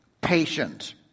patient